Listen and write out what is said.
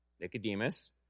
Nicodemus